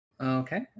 Okay